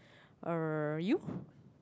uh you